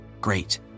Great